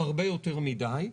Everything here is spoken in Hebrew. הרבה יותר מידי,